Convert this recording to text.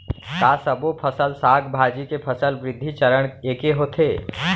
का सबो फसल, साग भाजी के फसल वृद्धि चरण ऐके होथे?